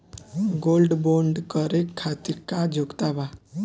Gold bond करे खातिर का योग्यता बा?